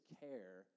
care